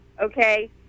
okay